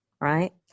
right